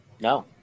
No